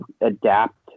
adapt